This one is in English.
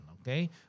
okay